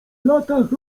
latach